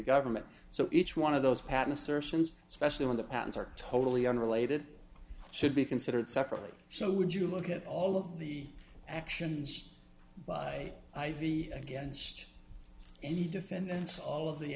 government so each one of those patents are sins especially when the patents are totally unrelated should be considered separately so when you look at all of the actions by i v against any defendants all of the